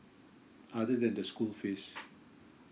other than the school fees